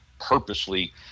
purposely –